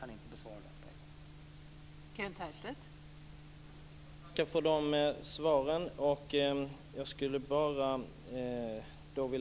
Jag kan inte besvara den på en gång.